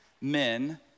men